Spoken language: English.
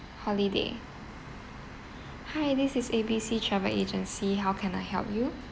holiday hi this is A B C travel agency how can I help you